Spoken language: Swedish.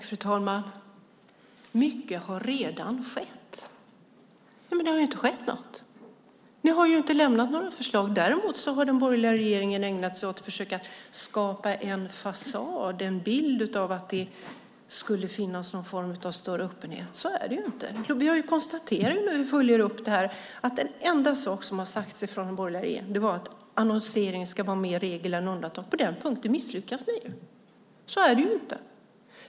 Fru talman! Mycket har redan skett, säger Andreas Norlén, men det har ju inte skett något. Ni har ju inte lämnat några förslag. Däremot har den borgerliga regeringen ägnat sig åt att försöka skapa en fasad, en bild av att det skulle finnas någon form av större öppenhet. Så är det ju inte. Vi konstaterar när vi följer upp det här att det enda som har sagts från den borgerliga regeringens sida är att annonsering ska vara mer regel än undantag. På den punkten misslyckas ni, för så är det ju inte.